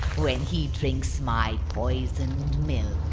when he drinks my poisoned milk.